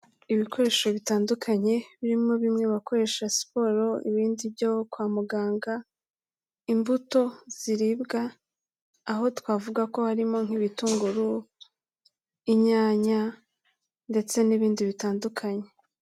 Ibikoresho bitandukanye birimo bimwe bakoresha siporo ibindi byo kwa muganga, imbuto ziribwa aho twavuga ko harimo nk'ibitunguru, inyanya ndetse n'ibindi bitandukanye.